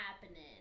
happening